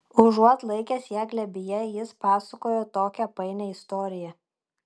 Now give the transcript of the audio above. užuot laikęs ją glėbyje jis pasakojo tokią painią istoriją